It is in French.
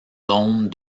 zones